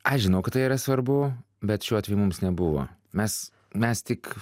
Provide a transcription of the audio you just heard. aš žinau kad tai yra svarbu bet šiuo atveju mums nebuvo mes mes tik